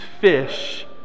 fish